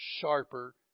sharper